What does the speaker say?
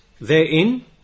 therein